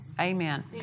Amen